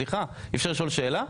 סליחה אי אפשר לשאול שאלה?